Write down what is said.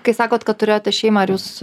kai sakot kad turėjote šeimą ar jūs